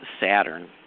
Saturn